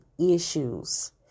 issues